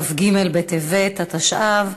כ"ג בטבת התשע"ו,